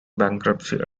bankruptcy